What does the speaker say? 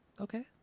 Okay